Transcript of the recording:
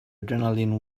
adrenaline